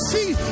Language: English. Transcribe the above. see